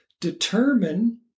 determine